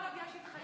כל עוד יש התחייבות,